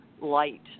light